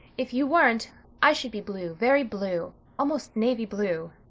if you weren't i should be blue. very blue. almost navy blue.